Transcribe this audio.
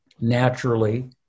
naturally